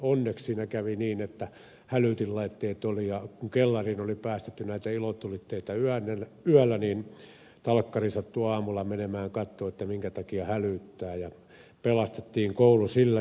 onneksi siinä kävi niin että hälytinlaitteet oli ja kun kellariin oli päästetty näitä ilotulitteita yöllä niin talkkari sattui aamulla menemään katsomaan minkä takia hälyttää ja pelastettiin koulu sillä